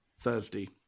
Thursday